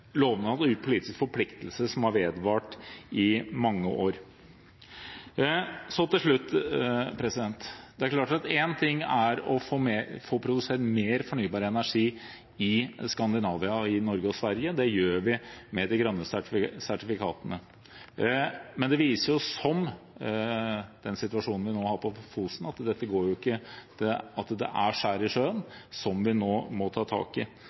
lovnad og en politisk forpliktelse som har vedvart i mange år. Så til slutt: Det er klart at én ting er å få produsert mer fornybar energi i Skandinavia, i Norge og Sverige. Det gjør vi med de grønne sertifikatene. Men den situasjonen vi nå har på Fosen, viser at det er skjær i sjøen som vi nå må ta tak i.